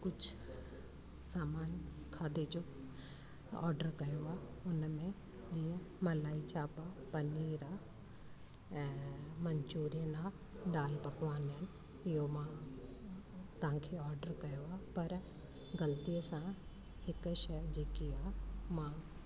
कुझु सामान खाधे जो ऑडर कयो आहे हुनमें जीअं मलाई चाप आहे पनीर आहे ऐं मंचुरियन आहे दालि पकवान आहिनि इहो मां तव्हांखे ऑडर कयो आहे पर ग़लतीअ सां हिक शइ जेकी आ्हे मां